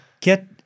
get